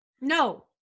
No